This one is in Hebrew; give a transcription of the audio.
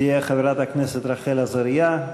תהיה חברת הכנסת רחל עזריה.